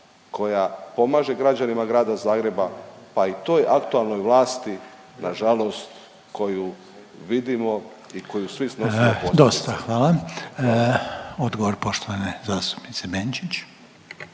koja pomaže građanima grada Zagreba pa i toj aktualnoj vlasti na žalost koju vidimo koju svi snosimo posljedice. **Reiner, Željko (HDZ)** Dosta. Hvala. Odgovor poštovane zastupnice Benčić.